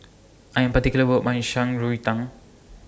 I Am particular about My Shan Rui Tang